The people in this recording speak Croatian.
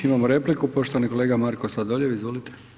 Imamo repliku, poštovani kolega Marko Sladoljev, izvolite.